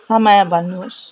समय भन्नुहोस्